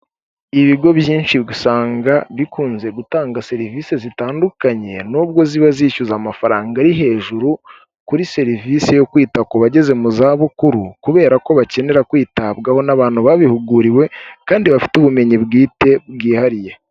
Ibigo byinshi usanga bikunze gutanga serivisi zitandukanye nubwo ziba zishyuza amafaranga ari hejuru kuri serivisi yo kwita ku bageze mu za bukuru, kubera ko bakenera kwitabwaho n'abantu babihuguriwe kandi bafite ubumenyi bwite bwihariye.